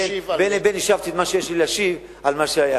בין לבין השבתי את מה שיש לי להשיב על מה שהיה.